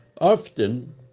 Often